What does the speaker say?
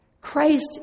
Christ